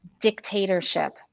dictatorship